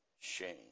shame